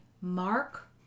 Mark